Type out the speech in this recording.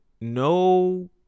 no